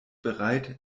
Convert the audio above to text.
bereit